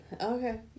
Okay